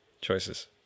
choices